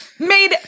made